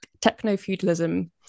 Technofeudalism